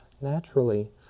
naturally